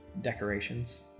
decorations